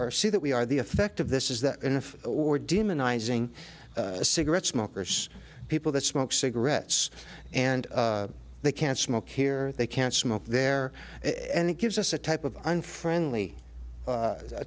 see that we are the effect of this is that if or demonizing cigarette smokers people that smoke cigarettes and they can't smoke here they can't smoke there and it gives us a type of unfriendly